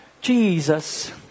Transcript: Jesus